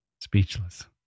Speechless